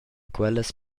quellas